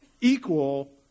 equal